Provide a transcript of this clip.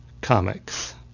comics